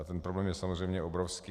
Ten problém je samozřejmě obrovský.